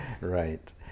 Right